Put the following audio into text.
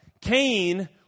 Cain